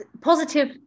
positive